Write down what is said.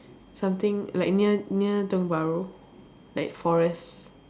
something like near near Tiong-Bahru like forest